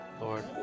Lord